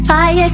Fire